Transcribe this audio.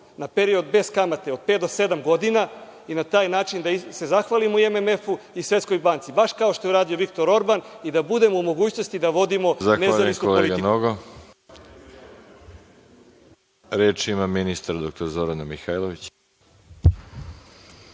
na period bez kamate od pet do sedam godina i na taj način da im se zahvalim u MMF-u i Svetskoj banci, baš kao što je uradio Viktor Orban i da budemo u mogućnosti da vodimo nezavisnu politiku.